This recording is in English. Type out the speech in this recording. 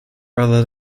rather